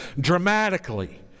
dramatically